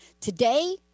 today